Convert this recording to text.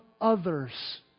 others